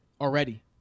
already